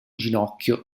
ginocchio